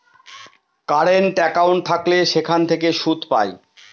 current account থাকলে সেখান থেকে সুদ পায়